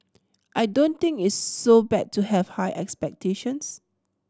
I don't think it's so bad to have high expectations